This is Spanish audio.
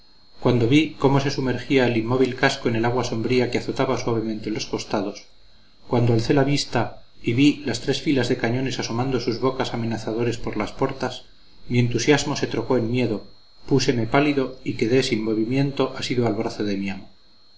cuando vi cómo se sumergía el inmóvil casco en el agua sombría que azotaba suavemente los costados cuando alcé la vista y vi las tres filas de cañones asomando sus bocas amenazadoras por las portas mi entusiasmo se trocó en miedo púseme pálido y quedé sin movimiento asido al brazo